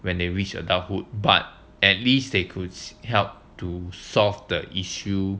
when they reach adulthood but at least they could help to solve the issue